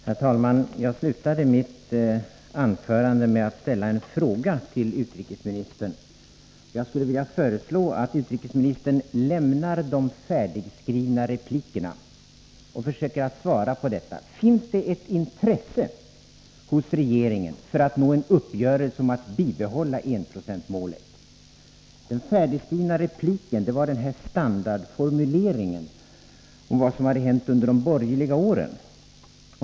Herr talman! Jag slutade mitt anförande med att ställa en fråga till utrikesministern, och jag föreslår att utrikesministern lämnar de färdigskrivna replikerna och försöker svara på detta: Finns det ett intresse hos regeringen att nå en uppgörelse om att bibehålla enprocentsmålet? Den färdigskrivna repliken var en sådan här standardformulering om vad som hade hänt under de borgerliga åren.